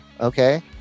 Okay